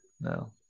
no